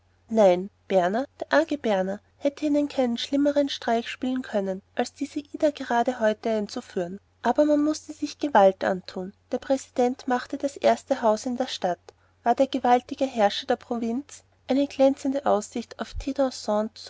nein berner der arge berner hätte ihnen keinen schlimmern streich spielen können als diese ida gerade heute einzuführen aber man mußte sich gewalt antun der präsident machte das erste haus in der stadt war der gewaltige herrscher der provinz eine glänzende aussicht auf